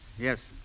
Yes